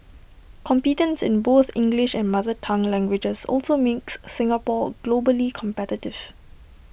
competence in both English and mother tongue languages also makes Singapore globally competition